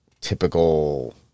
typical